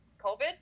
covid